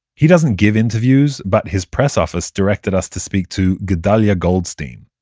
he doesn't give interviews but his press office directed us to speak to gedaliah goldstein,